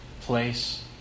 place